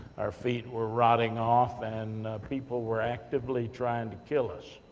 our feet were rotting off, and people were actively trying to kill us.